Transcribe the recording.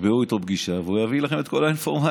תקבעו איתו פגישה והוא יביא לכם את כל האינפורמציה.